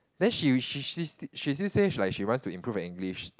then she she she she just say like she wants to improve her English